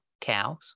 cows